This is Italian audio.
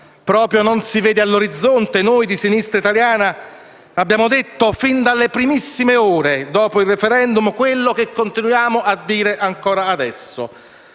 proprio non si vede all'orizzonte, noi di Sinistra Italiana abbiamo detto fin dalle primissime ore successive al *referendum* quello che torniamo a dire adesso: